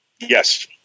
Yes